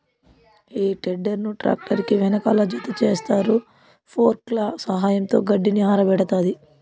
హే tedder ను tractor కి వెనకాల జతచేస్తారు, ఫోర్క్ల సహాయంతో గడ్డిని ఆరబెడతాది